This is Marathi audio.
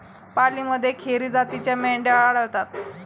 पालीमध्ये खेरी जातीच्या मेंढ्या आढळतात